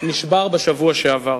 נשבר בשבוע שעבר.